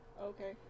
Okay